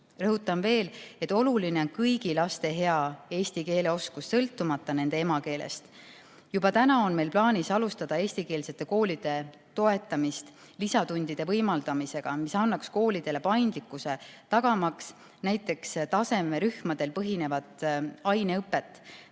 Rõhutan veel, et oluline on kõigi laste hea eesti keele oskus, sõltumata nende emakeelest. Meil on juba plaanis alustada eestikeelsete koolide toetamist lisatundide võimaldamisega, mis annaks koolidele paindlikkuse, tagamaks näiteks tasemerühmadel põhinevat aineõpet,